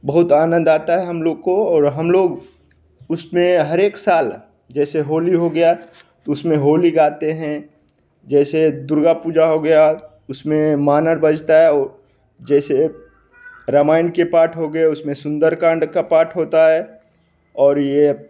बहुत आनंद आता है हम लोग को और हम लोग उसमें हर एक साल जैसे होली हो गया उसमें होली गाते हैं जैसे दुर्गा पूजा हो गया उसमें मानर बजता है जैसे रामायण के पाठ हो गया उसमें सुंदरकांड का पाठ होता है और यह